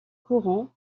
coron